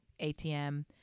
ATM